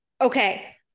okay